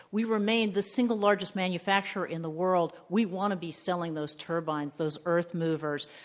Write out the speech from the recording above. we remain the single largest manufacturer in the world. we want to be selling those turbines, those earth movers,